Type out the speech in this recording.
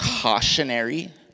cautionary